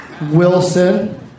Wilson